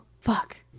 Fuck